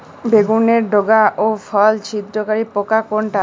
বেগুনের ডগা ও ফল ছিদ্রকারী পোকা কোনটা?